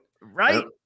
Right